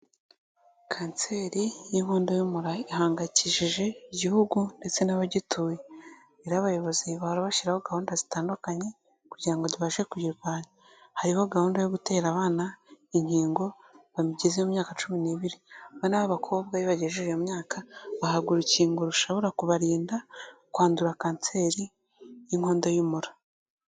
Kanseri y'inkondo y'umura ihangayikishije igihugu ndetse n'abagituye, rero abayobozi bahora bashyiraho gahunda zitandukanye, kugira ngo tubashe kuyirwanya, hariho gahunda yo gutera abana inkingo bageze mu myaka cumi n'ibiri, abana b'abakobwa iyo bagejeje iyo myaka bahabwa urukingo rushobora kubarinda kwandura kanseri y'inkondo y'umura.